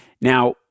Now